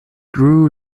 grew